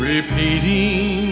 Repeating